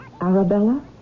Arabella